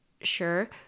sure